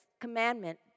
commandment